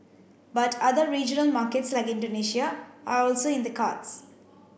but other regional markets like Indonesia are also in the cards